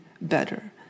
better